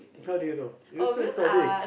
how do you know you still studying